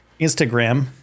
Instagram